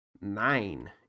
nine